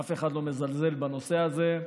אף אחד לא מזלזל בנושא הזה.